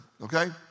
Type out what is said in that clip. okay